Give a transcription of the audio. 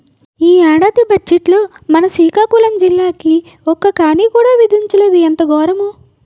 ఈ ఏడాది బజ్జెట్లో మన సికాకులం జిల్లాకి ఒక్క కానీ కూడా విదిలించలేదు ఎంత గోరము